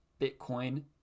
Bitcoin